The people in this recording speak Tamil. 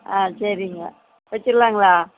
ஆ சரிங்க கொடுத்துலாங்ளா